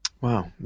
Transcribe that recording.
Wow